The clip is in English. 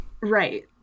Right